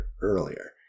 earlier